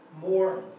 more